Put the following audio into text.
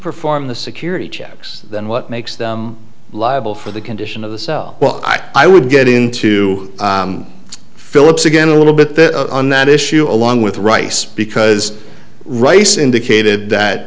perform the security checks then what makes them liable for the condition of the cell well i would get into phillips again a little bit on that issue along with rice because rice indicated that